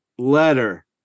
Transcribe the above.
letter